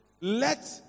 let